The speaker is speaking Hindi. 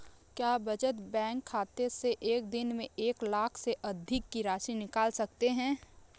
क्या बचत बैंक खाते से एक दिन में एक लाख से अधिक की राशि निकाल सकते हैं?